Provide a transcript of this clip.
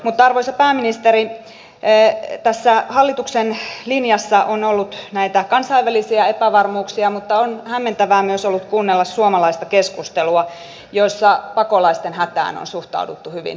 mutta arvoisa pääministeri tässä hallituksen linjassa on ollut näitä kansainvälisiä epävarmuuksia mutta on hämmentävää myös ollut kuunnella suomalaista keskustelua jossa pakolaisten hätään on suhtauduttu hyvin kylmästi